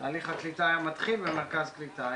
תהליך הקליטה היה מתחיל במרכז קליטה,